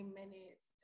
minutes